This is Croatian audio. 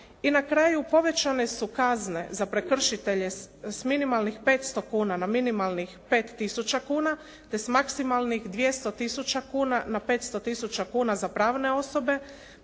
I na kraju, povećane su kazne za prekršitelje s minimalnih 500 kuna na minimalnih 5 tisuća kuna te s maksimalnih 200 tisuća kuna na 500 tisuća kuna za pravne osobe